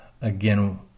again